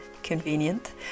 convenient